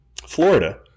Florida